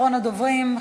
אחרון הדוברים,